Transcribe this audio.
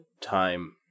time